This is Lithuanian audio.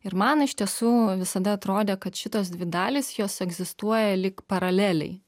ir man iš tiesų visada atrodė kad šitos dvi dalys jos egzistuoja lyg paraleliai